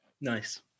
Nice